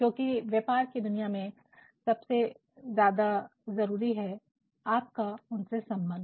क्योंकि व्यापार की दुनिया में सबसे ज्यादा जरूरी है आपका उनसे संबंध